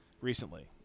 recently